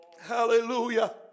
Hallelujah